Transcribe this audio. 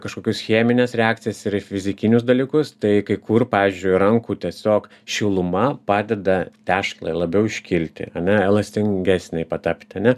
kažkokius chemines reakcijas ir fizikinius dalykus tai kai kur pavyzdžiui rankų tiesiog šiluma padeda tešlai labiau iškilti ane elastingesnei patepti ane